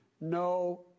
No